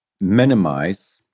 minimize